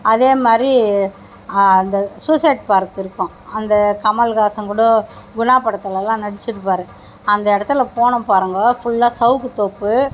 அதேமாதிரி அந்த suicide park இருக்கும் அந்த கமல்ஹாசன் கூட குணா படத்திலலாம் நடிச்சிருப்பார் அந்த இடத்துல போனோம் பாருங்கள் ஃபுல்லாக சவுக்கு தோப்பு